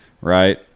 Right